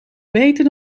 beter